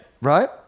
Right